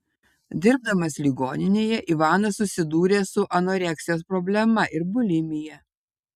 dirbdamas ligoninėje ivanas susidūrė su anoreksijos problema ir bulimija